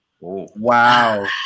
wow